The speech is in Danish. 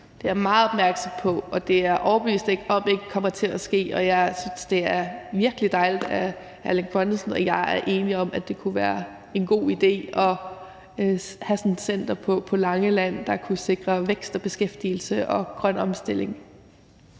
Det er jeg meget opmærksom på, og det er jeg overbevist om ikke kommer til at ske. Jeg synes, det er virkelig dejligt, at hr. Erling Bonnesen og jeg er enige om, at det kunne være en god idé det at have sådan et center på Langeland, der kunne sikre vækst og beskæftigelse og grøn omstilling.